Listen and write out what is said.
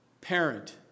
Parent